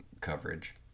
coverage